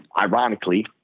Ironically